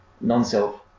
non-self